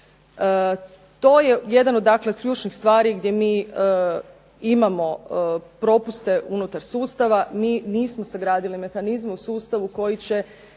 To je jedan dakle od ključnih stvari gdje mi imamo propuste unutar sustava. Mi nismo sagradili mehanizme u sustavu koji će